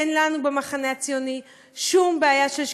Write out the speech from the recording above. אין לנו במחנה הציוני שום בעיה של שקיפות.